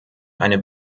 eine